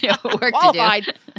Qualified